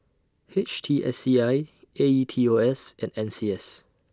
H T S C I A E T O S and N C S